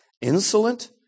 insolent